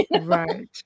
Right